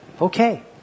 Okay